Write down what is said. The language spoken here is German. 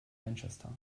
manchester